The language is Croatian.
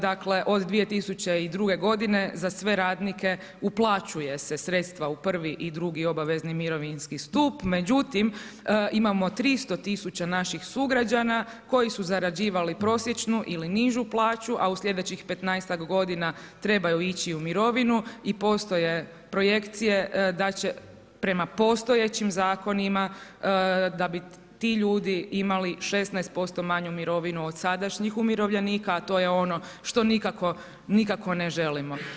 Dakle, od 2002. godine za sve radnike uplaćuje se sredstva u prvi i drugi obavezni mirovinski stup, međutim imamo 300 tisuća naših sugrađana koji su zarađivali prosječnu ili nižu plaću, a u slijedećih 15-ak godina trebaju ići u mirovinu i postoje projekcije da će prema postojećim zakonima da bi ti ljudi imali 16% manju mirovinu do sadašnjih umirovljenika, a to je ono što nikako ne želimo.